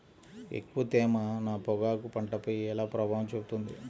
ఎక్కువ తేమ నా పొగాకు పంటపై ఎలా ప్రభావం చూపుతుంది?